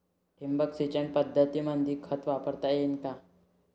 ठिबक सिंचन पद्धतीमंदी खत वापरता येईन का?